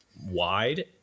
wide